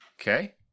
Okay